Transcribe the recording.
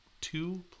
two